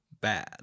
bad